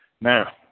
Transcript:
Now